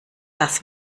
das